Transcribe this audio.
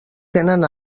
tenen